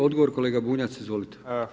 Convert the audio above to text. Odgovor kolega Bunjac, izvolite.